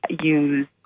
use